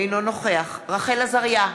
אינו נוכח רחל עזריה,